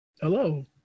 Hello